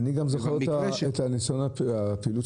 אני גם זוכר עוד את ניסיון הפעילות